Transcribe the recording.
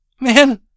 man